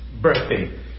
birthday